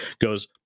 goes